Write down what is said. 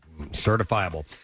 certifiable